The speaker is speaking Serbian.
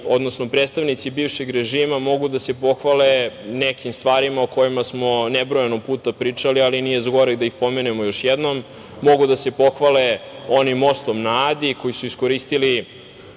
Beogradu, predstavnici bivšeg režima mogu da se pohvale nekim stvarima o kojima smo nebrojeno puta pričali, ali nije zgoreg ni da ih pomenemo još jednom. Mogu da se pohvale onim mostom na Adi, koji su iskoristili